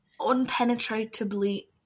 unpenetratably